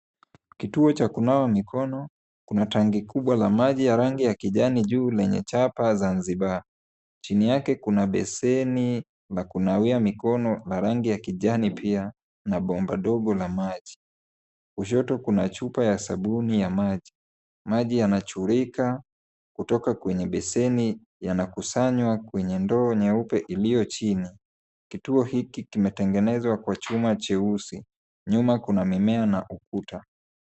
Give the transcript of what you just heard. Kituo cha kunawa mikono, kuna tangi kubwa la maji ya rangi ya kijani juu lenye chapa Zanzibar. Chini yake kuna beseni la kunawia mikono la rangi ya kijani pia na bomba dogo la maji. Kushoto kuna chupa ya sabuni ya maji. Maji yanachurika kutoka kwenye beseni, yanakusanywa kwenye ndoo nyeupe iliyo chini. Kituo hiki kimetengenezwa kwa chuma cheusi. Nyuma kuna mimea na ukuta.